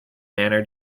manner